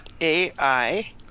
AI